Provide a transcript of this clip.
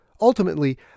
Ultimately